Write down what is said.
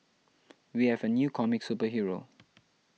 we have a new comic superhero